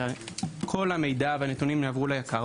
כל המידע והנתונים יעברו ליק"ר,